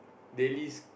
daily s~